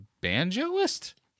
banjoist